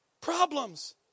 Problems